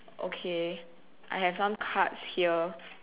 okay I have some cards here